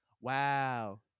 wow